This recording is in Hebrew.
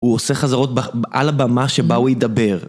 הוא עושה חזרות על הבמה שבה הוא ידבר